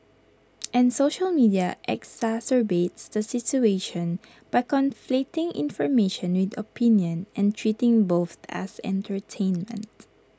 and social media exacerbates the situation by conflating information with opinion and treating both as entertainment